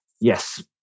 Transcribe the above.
yes